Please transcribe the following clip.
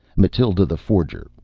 mathild the forager,